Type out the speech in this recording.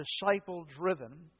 disciple-driven